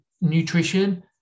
nutrition